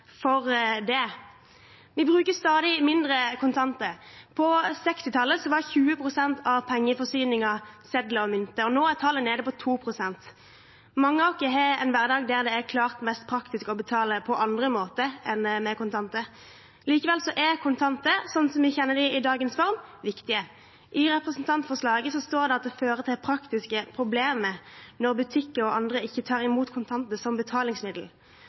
for det. Vi bruker stadig mindre kontanter. På 1960-tallet var 20 pst. av pengeforsyningen sedler og mynter, og nå er tallet nede på 2 pst. Mange av oss har en hverdag der det er klart mest praktisk å betale på andre måter enn med kontanter. Likevel er kontanter, sånn vi kjenner dem i dagens form, viktige. I representantforslaget står det at det fører til praktiske problemer når butikker og andre ikke tar imot kontanter som betalingsmiddel.